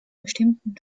bestimmten